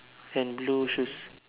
and blue shoes